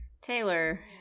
Taylor